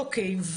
אוקיי,